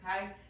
Okay